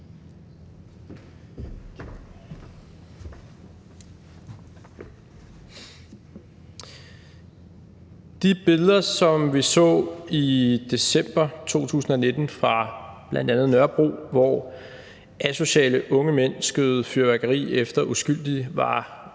De billeder, som vi så i december 2019 fra bl.a. Nørrebro, hvor asociale unge mænd skød fyrværkeri af efter uskyldige, var totalt